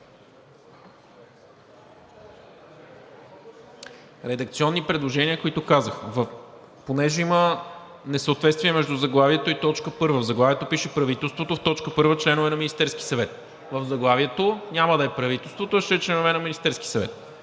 Редакционни предложения, които казах. Тъй като има несъответствие между заглавието и т. 1. В заглавието пише: „правителството“, а в т. 1 „членове на Министерския съвет“ В заглавието няма да е „правителството“, а ще е „членове на Министерския съвет“